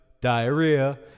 Diarrhea